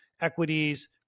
equities